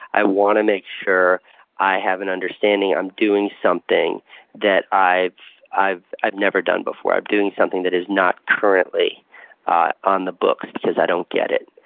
i want to make sure i have an understanding i'm doing something that i've i've never done before i'm doing something that is not currently on the books, because i don't get it.